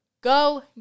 Go